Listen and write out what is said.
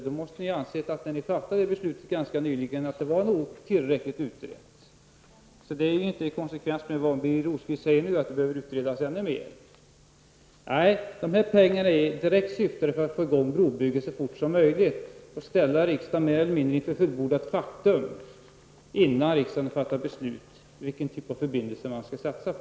Då måste ni ha ansett att frågan var tillräckligt utredd. Birger Rosqvist är alltså inte konsekvent här när han säger att detta behöver utredas ännu mera. Nej, de här pengarna är direkt avsedda till att få i gång ett brobygge så fort som möjligt och för att mer eller mindre ställa riksdagen inför faktum -- och detta innan riksdagen har fattat beslut om vilken typ av förbindelse som vi skall satsa på.